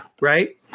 right